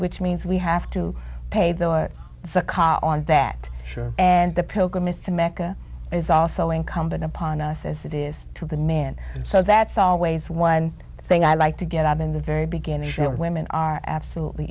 which means we have to pay the cost on that sure and the pilgrimage to mecca is also incumbent upon us as it is to the man so that's always one thing i like to get out in the very beginning women are absolutely